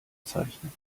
bezeichnet